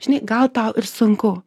žinai gal tau ir sunku